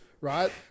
right